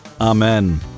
amen